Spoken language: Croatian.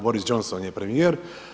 Boris Johnson je premijer.